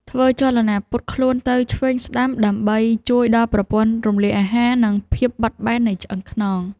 ធ្វើចលនាពត់ខ្លួនទៅឆ្វេងស្ដាំ ដើម្បីជួយដល់ប្រព័ន្ធរំលាយអាហារ និងភាពបត់បែននៃឆ្អឹងខ្នង។